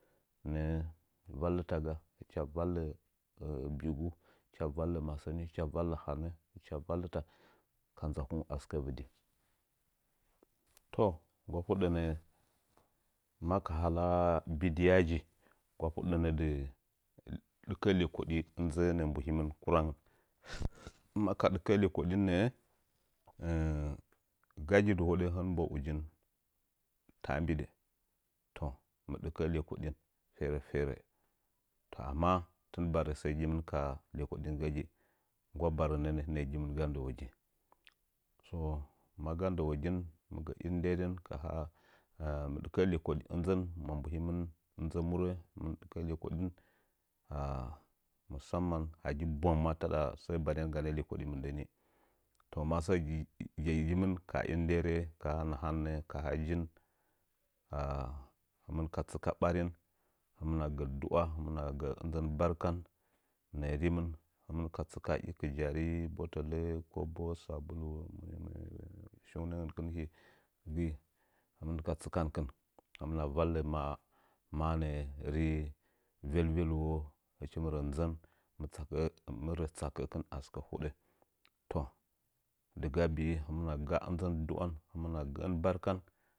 Nə'ə vallɨtaga hɨcha vallə bi'i gu hɨcha vallə masənin hɨcha vallə hanən hɨcha vallɨta ka ndəakung asɨkə vɨdi to nggwa fudə nə maka hala bidiyaji nggwa fudɗənə dɨ ɗɨkə ledoɗi inzə nə'ə mbuhimin kurangən maka ɗɨkə lekodin nə'ə gaagi dɨhədə hɨnɨm mbəhə ujin taambidə to mɨ dɨkə'ə lekoɗin ferə ferə to amma tɨn barə səə gimɨn ka lekodin gagi nggwa barənə nə'ə gimɨn ga ndəwəgin. So maga ndəwogin mɨgə inderən keha mɨdikə lə lekodi inzən nzə murə lekodin musaman hagi bwang ma taɗa səə baryan ganə lekudi mɨndəni toh masə gii vivi mɨn ka inderən kaha nahannə jin hɨmɨn ka sɨka barin hɨmna gə duwa agə ina zən barka nə'ə rimɨn himɨn ka tsɨka in kɨjari mbətən kəbo sabumə omo shunəgən kɨn hi gəi hɨmɨn ka tsɨkɨn hɨmna vallə maa nə'ə rii vulvulwə hɨchim rə nzən mɨ tsakə'ə mɨ rə tsakəkɨn asɨkə hudə toh dɨga bia hɨmna dɨga bi'i hɨma ga'a inzən barkan hɨmana gə'ən barkan.